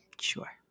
Sure